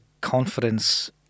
confidence